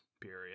period